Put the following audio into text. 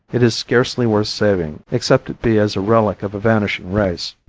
it is scarcely worth saving except it be as a relic of a vanishing race.